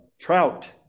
Trout